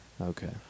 Okay